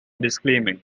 disclaiming